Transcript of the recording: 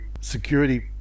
security